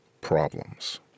problems